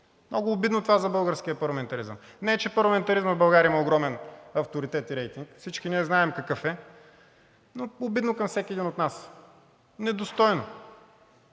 Много обидно е това за българския парламентаризъм. Не че парламентаризмът в България има огромен авторитет и рейтинг. Всички ние знаем какъв е, но е обидно към всеки един от нас. Недостойно!